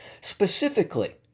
specifically